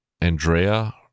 Andrea